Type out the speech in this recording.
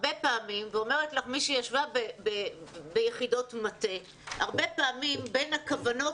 הרבה פעמים ואומרת לך מי שישבה ביחידות מטה בין הכוונות